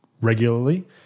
regularly